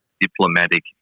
diplomatic